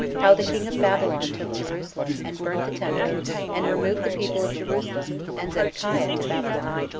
how the king of babylon took jerusalem and burnt the temple and removed the people of jerusalem and zedekiah to babylon.